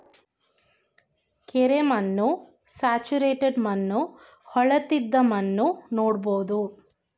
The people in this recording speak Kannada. ಕೆರೆ ಮಣ್ಣು, ಸ್ಯಾಚುರೇಟೆಡ್ ಮಣ್ಣು, ಹೊಳೆತ್ತಿದ ಮಣ್ಣು ನೋಡ್ಬೋದು